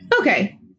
Okay